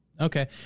okay